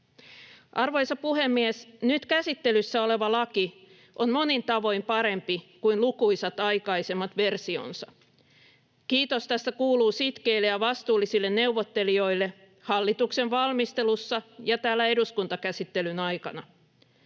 Arvoisa puhemies! Nyt käsittelyssä oleva laki on monin tavoin parempi kuin lukuisat aikaisemmat versionsa. Kiitos tästä kuuluu sitkeille ja vastuullisille neuvottelijoille hallituksen valmistelussa ja täällä eduskuntakäsittelyn aikana.